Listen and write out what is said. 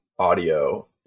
audio